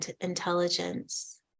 intelligence